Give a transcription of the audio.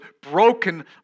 broken